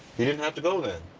he didn't have to go then.